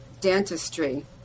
dentistry